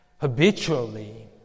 habitually